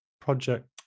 project